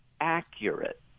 accurate